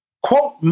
Quote